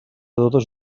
totes